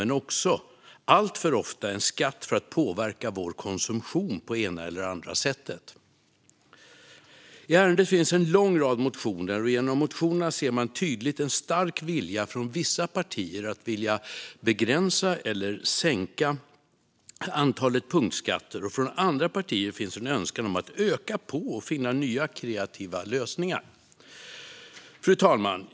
Men alltför ofta är det också en skatt för att påverka vår konsumtion på det ena eller andra sättet. I ärendet finns en lång rad motioner. Genom motionerna ser man tydligt en stark vilja från vissa partier att begränsa antalet punktskatter eller sänka dem. Från andra partier finns en önskan om att öka på och finna nya kreativa lösningar. Fru talman!